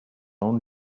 own